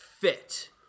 fit